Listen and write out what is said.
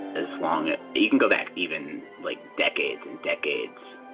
as long as. you can go back even like decades and decades,